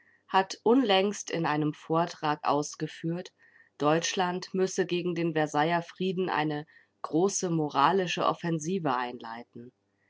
hat unlängst in einem vortrag ausgeführt deutschland müsse gegen den versailler frieden eine große moralische offensive einleiten